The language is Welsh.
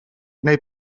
neu